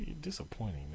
disappointing